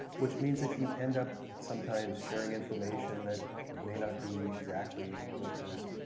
which means that you end up sometimes sharing information that may not be exactly what has